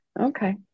Okay